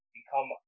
become